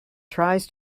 tries